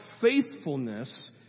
faithfulness